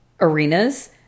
arenas